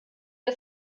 der